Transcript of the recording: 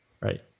right